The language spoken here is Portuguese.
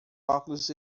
óculos